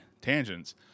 Tangents